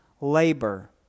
labor